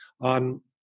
on